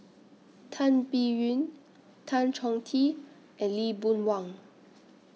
Tan Biyun Tan Chong Tee and Lee Boon Wang